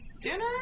dinner